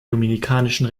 dominikanischen